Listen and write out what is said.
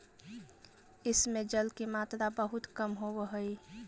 इस में जल की मात्रा बहुत कम होवअ हई